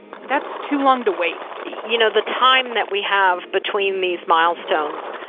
that's too long to wait you know, the time that we have between these milestones,